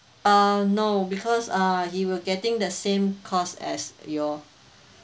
uh no because uh he will getting the same cost as your